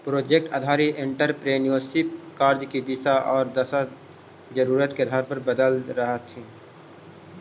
project आधारित entrepreneurship के कार्य के दिशा औउर दशा जरूरत के आधार पर बदलित रहऽ हई